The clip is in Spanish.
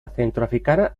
centroafricana